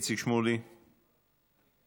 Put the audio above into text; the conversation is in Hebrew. איציק שמולי, בבקשה.